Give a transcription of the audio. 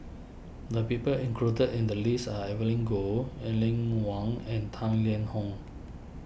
the people included in the list are Evelyn Goh Aline Wong and Tang Liang Hong